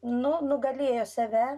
nu nugalėjo save